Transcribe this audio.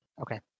Okay